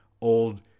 old